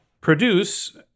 produce